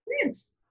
Prince